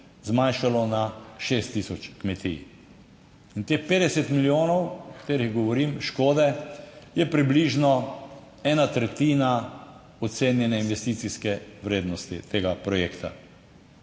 zmanjšalo na 6 tisoč kmetij. In teh 50 milijonov, o katerih govorim, škode je približno ena tretjina ocenjene investicijske vrednosti tega projekta.